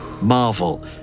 Marvel